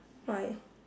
why